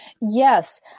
Yes